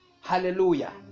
Hallelujah